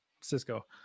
Cisco